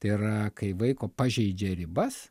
tai yra kai vaiko pažeidžia ribas